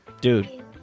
Dude